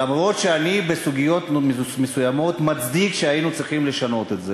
אף שבסוגיות מסוימות אני מצדיק את השינוי שהיינו צריכים לעשות,